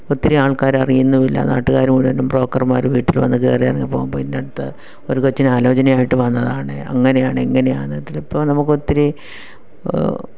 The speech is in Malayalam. ഒത്തിരി ആള്ക്കാർ അറിയുന്നുമില്ല നാട്ടുകാർ മുഴുവനും ബ്രോക്കര്മാർ വീട്ടില് വന്ന് കയറിയിറങ്ങി പോവുമ്പം ഇന്നടത്ത് ഒരു കൊച്ചിന് ആലോചനയായിട്ട് വന്നതാണ് അങ്ങനെയാണ് ഇങ്ങനെയാണ് ഇതിലിപ്പം നമുക്കൊത്തിരി